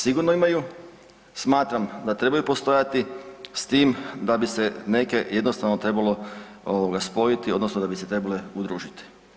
Sigurno imaju, smatram da trebaju postojati s tim da bi se neke jednostavno trebalo ovoga spojiti odnosno da bi se trebale udružiti.